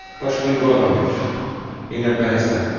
pashtun government in afghanistan.